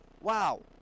Wow